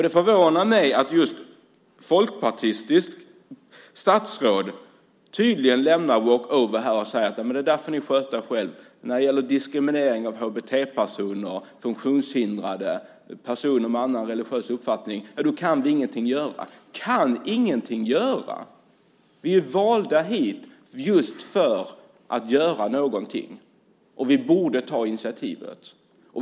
Det förvånar mig att just ett folkpartistiskt statsråd tydligen lämnar walk over och säger: Det får ni sköta själva. När det gäller diskriminering av HBT-personer, funktionshindrade, personer med annan religiös uppfattning kan vi ingenting göra. Han säger: Vi kan ingenting göra. Vi är valda hit just för att göra någonting. Vi borde ta initiativet.